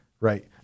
right